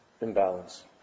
imbalance